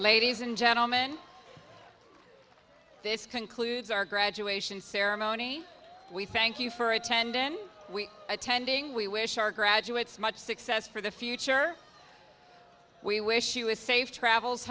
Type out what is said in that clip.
ladies and gentlemen this concludes our graduation ceremony we thank you for a tendon we attending we wish our graduates much success for the future we wish you a safe travels